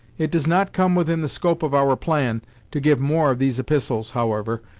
it does not come within the scope of our plan to give more of these epistles, however,